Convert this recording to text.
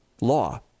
law